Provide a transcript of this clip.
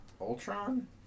Ultron